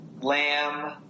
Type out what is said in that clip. lamb